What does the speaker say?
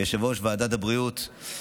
יושב-ראש ועדת הבריאות,